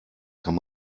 kann